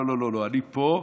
לא, אני פה,